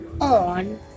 on